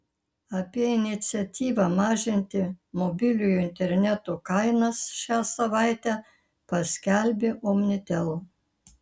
apie iniciatyvą mažinti mobiliojo interneto kainas šią savaitę paskelbė omnitel